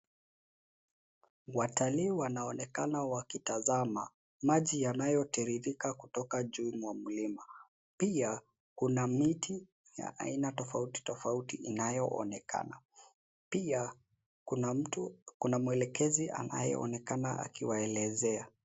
Watalii wanaoneka wakitazama maji yanayo tiririka kutoka juu mwa mlima. Pia kuna miti ya aina tofauti tofauti inayonekana. Pia kuna mwelekezi anayeonekana akiwaelezea.